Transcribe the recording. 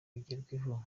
bigerweho